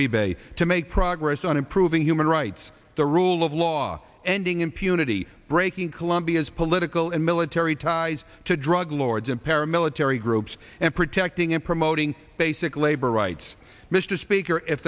rebate to make progress on improving human rights the rule of law ending impunity breaking colombia's political and military ties to drug lords and paramilitary groups and protecting and promoting basic labor rights mr speaker if